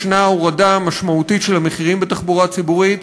יש הורדה משמעותית של המחירים בתחבורה הציבורית.